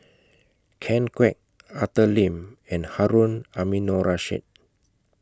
Ken Kwek Arthur Lim and Harun Aminurrashid